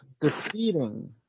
defeating